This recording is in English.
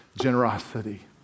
generosity